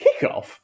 kickoff